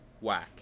whack